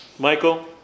Michael